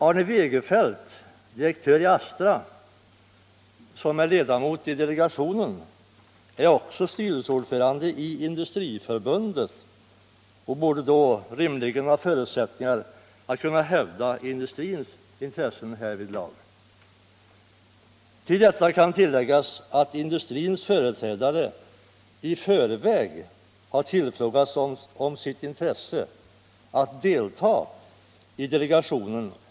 Arne Wegerfelt, direktör i Astra och ledamot av delegationen, är också styrelseordförande i Industriförbundet och borde rimligen ha förutsättningar att hävda industrins intressen härvidlag. Det kan tilläggas att industrins företrädare i förväg har tillfrågats om sitt intresse av att delta i delegationen.